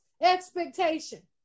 expectation